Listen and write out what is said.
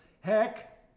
Heck